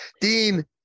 Dean